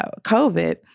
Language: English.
covid